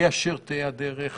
תהא אשר תהא הדרך